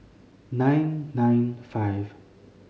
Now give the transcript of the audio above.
nine nine five